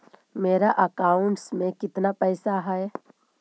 मेरा अकाउंटस में कितना पैसा हउ?